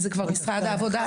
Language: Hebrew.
זה כבר משרד העבודה?